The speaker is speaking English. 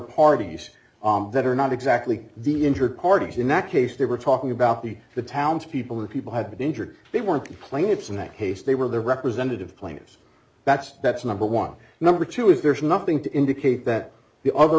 parties that are not exactly the injured parties in that case they were talking about the the townspeople the people have been injured they weren't the plaintiffs in haste they were their representative players that's that's number one number two is there's nothing to indicate that the other